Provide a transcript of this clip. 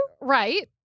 Right